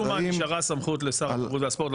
משום מה נשארה סמכות לשר התרבות והספורט,